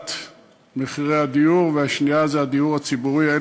הורדת מחירי הדיור, והשני, הדיור הציבורי.